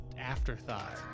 afterthought